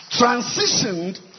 transitioned